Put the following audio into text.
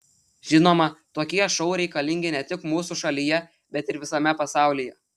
žinoma tokie šou reikalingi ne tik mūsų šalyje bet ir visame pasaulyje